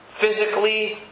physically